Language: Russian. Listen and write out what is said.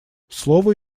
слово